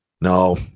no